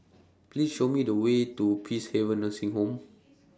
Please Show Me The Way to Peacehaven Nursing Home